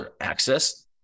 access